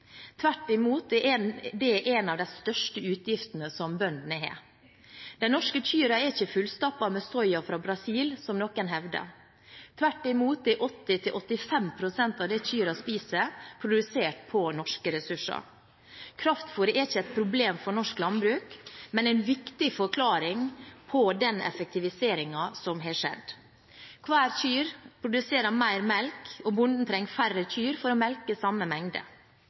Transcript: Tvert imot, det er en av de største utgiftene som bøndene har. De norske kyrene er ikke fullstappet med soya fra Brasil, som noen hevder. Tvert imot er 80–85 pst. av det kyrene spiser, produsert på norske ressurser. Kraftfôret er ikke et problem for norsk landbruk, men en viktig forklaring på den effektiviseringen som har skjedd. Hver ku produserer mer melk, og bonden trenger færre kyr for å melke samme mengde.